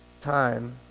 time